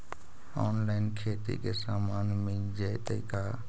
Online खेती के सामान मिल जैतै का?